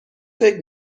فکر